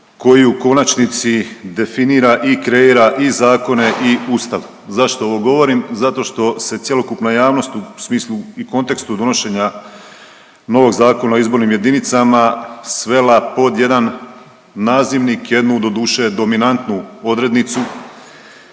koji u konačnici definira i kreira i zakone i ustav. Zašto ovo govorim? Zato što se cjelokupna javnost u smislu i kontekstu donošenja novog Zakona o izbornim jedinicama svela pod jedan nazivnik, jednu doduše dominantnu odrednicu,